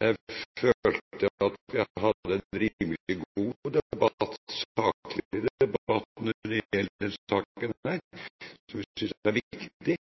Jeg følte vi hadde en rimelig god og saklig debatt når det gjaldt denne saken, som jeg synes er viktig,